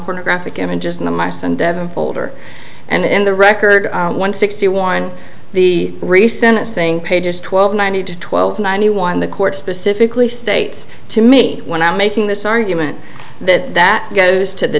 pornographic images and then my son devon folder and the record one sixty one the recent saying pages twelve ninety to twelve ninety one the court specifically states to me when i'm making this argument that that goes to the